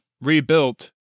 rebuilt